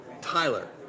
Tyler